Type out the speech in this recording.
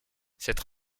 cette